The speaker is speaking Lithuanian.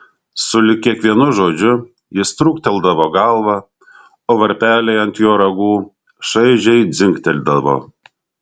sulig kiekvienu žodžiu jis trūkteldavo galvą o varpeliai ant jo ragų šaižiai dzingteldavo